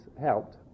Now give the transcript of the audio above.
helped